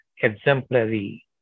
exemplary